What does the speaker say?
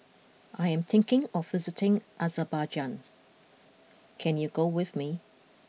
I am thinking of visiting Azerbaijan can you go with me